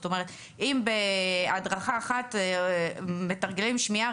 זאת אומרת אם בהדרכה אחת מתרגלים שמיעה,